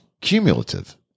cumulative